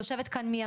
שיושבת כאן.